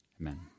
Amen